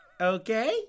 okay